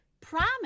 promise